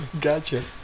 Gotcha